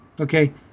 Okay